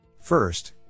First